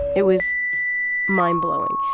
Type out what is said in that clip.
it was mind-blowing.